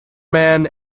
men